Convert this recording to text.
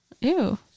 Ew